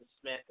Smith